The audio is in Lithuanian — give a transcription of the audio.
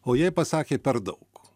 o jei pasakė per daug